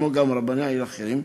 כמו גם רבני עיר אחרים,